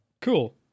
cool